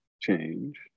change